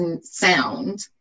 sound